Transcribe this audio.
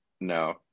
No